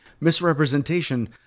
misrepresentation